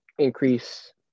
increase